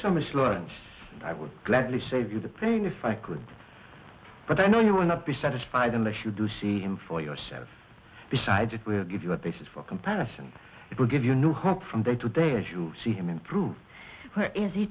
lawrence i would gladly save you the pain if i could but i know you will not be satisfied unless you do see him for yourself besides it will give you a basis for comparison it will give you new hope from day to day as you see him improve